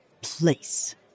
place